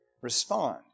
respond